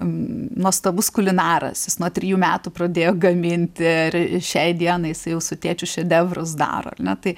nuostabus kulinaras jis nuo trijų metų pradėjo gaminti ir šiai dienai jau su tėčiu šedevrus daro ar ne tai